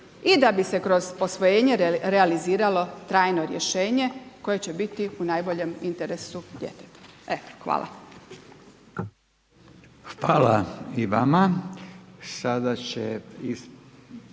i da bi se kroz posvojenje realiziralo trajno rješenje koje će biti u najboljem interesu djeteta. Eto, hvala.